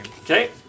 Okay